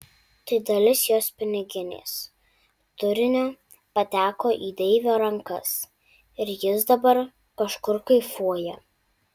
tai dalis jos piniginės turinio pateko į deivio rankas ir jis dabar kažkur kaifuoja